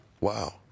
Wow